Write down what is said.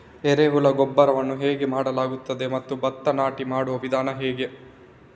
ಎರೆಹುಳು ಗೊಬ್ಬರವನ್ನು ಹೇಗೆ ಮಾಡಲಾಗುತ್ತದೆ ಮತ್ತು ಭತ್ತ ನಾಟಿ ಮಾಡುವ ವಿಧಾನ ಹೇಗೆ?